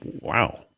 wow